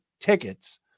tickets